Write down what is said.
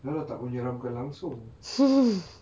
ya lah tak menyeramkan langsung